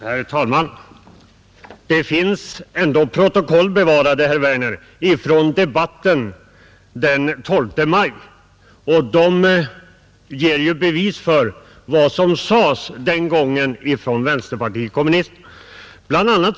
Herr talman! Det finns ändå protokoll bevarade, herr Werner, från debatten den 12 maj, och de ger bevis för vad som sades den gången från vänsterpartiet kommunisternas sida, Bl. a.